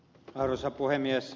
arvoisa puhemies